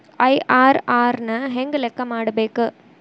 IRR ನ ಹೆಂಗ ಲೆಕ್ಕ ಮಾಡಬೇಕ?